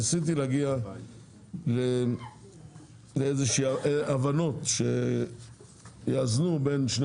ניסיתי להגיע לאיזשהם הבנות שיאזנו בין שני